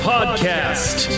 Podcast